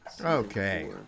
Okay